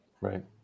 Right